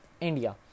India